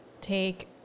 take